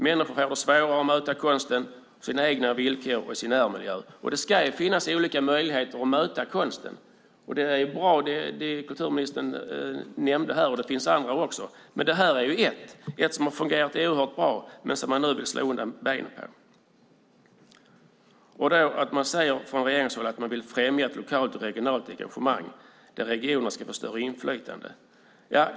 Människor kommer att få svårare att möta konsten på sina egna villkor och i sin närmiljö, och det ska ju finnas olika möjligheter att möta konsten. Det kulturministern nämnde här är bra, och det finns annat också. Men det här är ett sätt som har fungerat oerhört bra, och nu vill man slå undan benen på det. Man säger från regeringshåll att man vill främja ett lokalt och regionalt engagemang där regionerna ska få större inflytande.